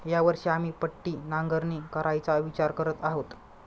या वर्षी आम्ही पट्टी नांगरणी करायचा विचार करत आहोत